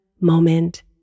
moment